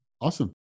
awesome